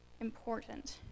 important